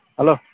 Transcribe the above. hello